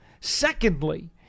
Secondly